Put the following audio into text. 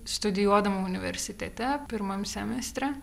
studijuodama universitete pirmam semestre